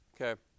Okay